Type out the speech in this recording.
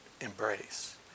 embrace